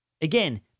Again